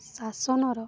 ଶାସନର